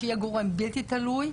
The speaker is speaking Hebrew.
שיהיה גורם בלתי תלוי.